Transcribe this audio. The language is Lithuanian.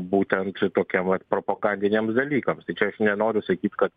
būtent tokia vat propagandiniams dalykams tai čia aš nenoriu sakyt kad